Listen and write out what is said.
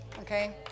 okay